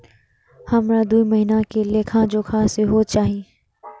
हमरा दूय महीना के लेखा जोखा सेहो चाही